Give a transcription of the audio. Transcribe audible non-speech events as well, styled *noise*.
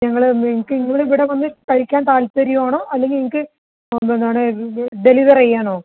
ഞങ്ങൾ നിങ്ങൾക്ക് ഇങ്ങൾ ഇവിട വന്ന് കഴിക്കാൻ താൽപ്പര്യം ആണോ അല്ലെങ്കിൽ ഇങ്ങക്ക് *unintelligible* ഡെലിവർ ചെയ്യണോ